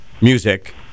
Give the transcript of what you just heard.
music